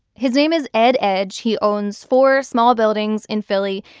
his name is ed edge. he owns four small buildings in philly.